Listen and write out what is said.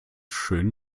schön